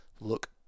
look